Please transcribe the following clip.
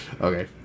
Okay